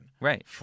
right